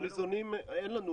אין לנו